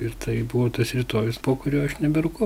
ir tai buvo tas rytojus po kurio aš neberūkau